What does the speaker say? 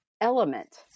element